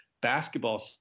basketball